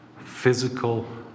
physical